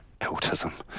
autism